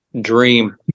dream